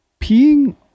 peeing